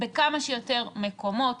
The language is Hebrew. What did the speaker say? בכמה שיותר מקומות.